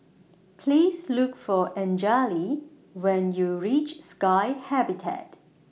Please Look For Anjali when YOU REACH Sky Habitat